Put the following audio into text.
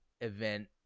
event